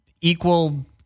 equal